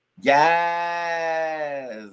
Yes